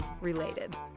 related